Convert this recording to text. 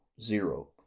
zero